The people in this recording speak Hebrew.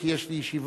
כי יש לי ישיבה,